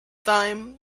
time